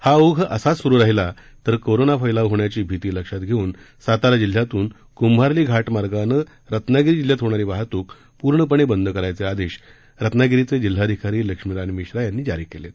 हा ओघ असाच सुरू राहिला तर करोना फैलाव होण्याची भीती लक्षात घेऊन सातारा जिल्ह्यातून कुंभार्ली घाट मार्गानं रत्नागिरी जिल्ह्यात होणारी वाहतूक पूर्णपणे बंद करायचे आदेश रत्नागिरीचे जिल्हाधिकारी लक्ष्मीनारायण मिश्रा यांनी जारी केले आहेत